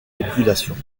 populations